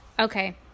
Okay